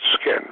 skin